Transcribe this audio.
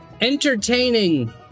Entertaining